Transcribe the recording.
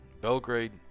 Belgrade